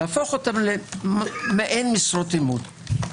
להפוך אותם למעין משרות אמון.